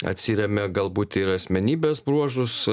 atsiremia galbūt ir į asmenybės bruožus